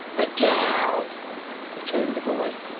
the gal returned the boy.